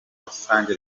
rusange